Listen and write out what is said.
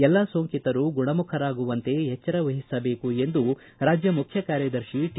ಎಲ್ಲಾ ಸೋಂಕಿತರು ಗುಣಮುಖರಾಗುವಂತೆ ಎಚ್ವರ ವಹಿಸಬೇಕು ಎಂದು ರಾಜ್ಯ ಮುಖ್ಯ ಕಾರ್ಯದರ್ಶಿ ಟಿ